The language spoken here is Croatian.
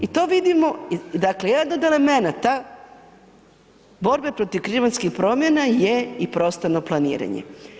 I to vidimo, dakle, jedan od elemenata borbe protiv klimatskih promjena je i prostorno planiranje.